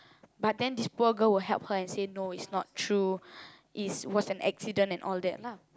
but then this poor girl will help her and say no it's not true it was an accident and all that lah